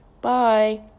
Bye